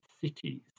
cities